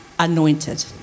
anointed